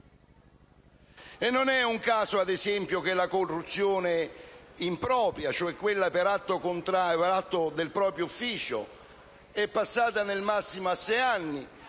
E non è un caso - ad esempio - che la corruzione impropria (cioè quella per atto del proprio ufficio) sia passata nel massimo a sei anni,